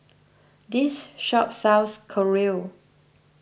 this shop sells Korea